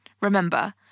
Remember